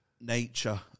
nature